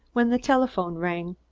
when the telephone rang.